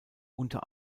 unter